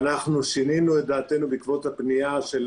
שינינו את דעתנו בעקבות הפנייה של